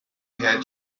head